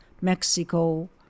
Mexico